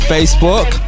Facebook